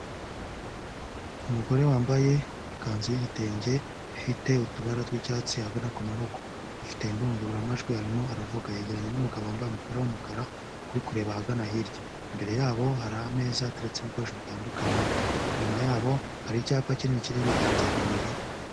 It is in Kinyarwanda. Umugore wambaye ikanzu y'igitenge, ifite utubara tw'icyatsi ahagana ku maboko. Afite indagururamajwi arimo aravuga. Yegeranye n'umugabo wambaye umupira w'umukara, uri kureba ahagana hirya. Imbere yabo hari ameza ateretseho ibikoresho bitandukanye. Inyuma yaho hari icyapa kinini kiriho ibiganza bibiri...